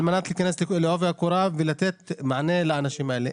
מנת להיכנס לעובי הקורה ולתת מענה לאנשים האלה.